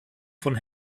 von